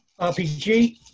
RPG